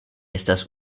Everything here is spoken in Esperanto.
estas